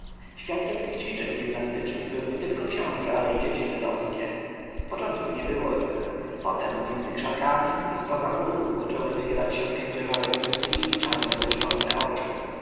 świadkiem tych ćwiczeń gimnastycznych był nietylko książę ale i dzieci żydowskie z początku nie było ich potem między krzakami i z poza muru zaczęły wychylać się